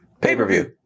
Pay-per-view